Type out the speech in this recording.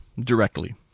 directly